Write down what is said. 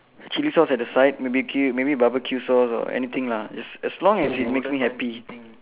chilli sauce at the side maybe ~cue maybe barbecue sauce or anything lah just as long as it makes me happy